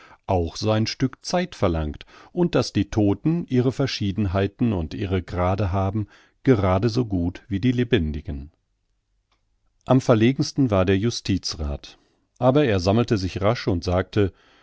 auch sein stück zeit verlangt und daß die todten ihre verschiedenheiten und ihre grade haben gerade so gut wie die lebendigen am verlegensten war der justizrath aber er sammelte sich rasch und sagte